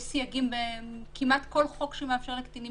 יש סייגים כמעט בכל חוק שמאפשר לקטינים